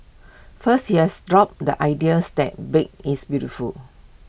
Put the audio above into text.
first he has dropped the ideas that big is beautiful